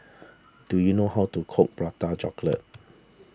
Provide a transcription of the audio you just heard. do you know how to cook Prata Chocolate